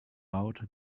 out